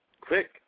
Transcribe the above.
quick